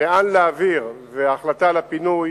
לאן להעביר וההחלטה על הפינוי,